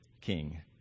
king